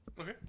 Okay